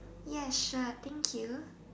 yes sure thank you